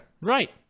Right